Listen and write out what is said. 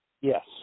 Yes